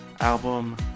album